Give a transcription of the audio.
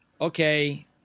okay